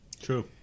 True